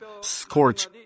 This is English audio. scorch